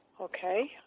Okay